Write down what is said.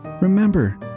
remember